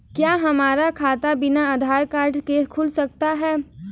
क्या हमारा खाता बिना आधार कार्ड के खुल सकता है?